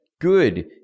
Good